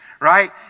right